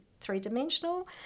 three-dimensional